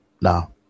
no